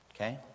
Okay